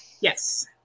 Yes